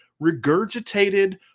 regurgitated